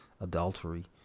adultery